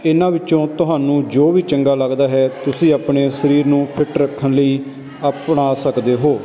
ਇਨ੍ਹਾਂ ਵਿੱਚੋਂ ਤੁਹਾਨੂੰ ਜੋ ਵੀ ਚੰਗਾ ਲੱਗਦਾ ਹੈ ਤੁਸੀਂ ਆਪਣੇ ਸਰੀਰ ਨੂੰ ਫਿੱਟ ਰੱਖਣ ਲਈ ਅਪਣਾ ਸਕਦੇ ਹੋ